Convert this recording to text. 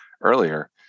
earlier